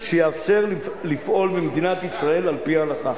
שיאפשר לפעול במדינת ישראל על-פי ההלכה,